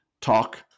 talk